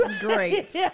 great